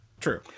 True